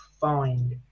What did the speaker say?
find